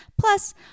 Plus